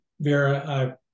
Vera